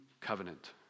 covenant